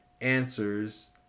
answers